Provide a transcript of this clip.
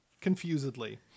confusedly